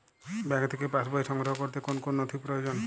Bank থেকে passbook সংগ্রহ করতে কোন কোন নথি প্রয়োজন?